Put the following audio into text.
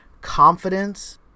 confidence